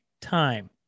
time